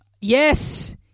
Yes